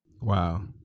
Wow